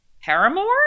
Paramore